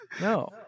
No